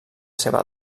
seva